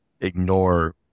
ignore